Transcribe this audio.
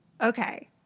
Okay